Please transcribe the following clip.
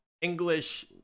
English